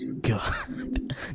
god